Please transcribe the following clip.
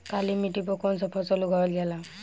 काली मिट्टी पर कौन सा फ़सल उगावल जाला?